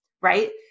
right